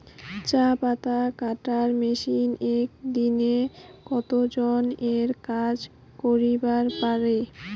চা পাতা কাটার মেশিন এক দিনে কতজন এর কাজ করিবার পারে?